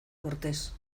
cortés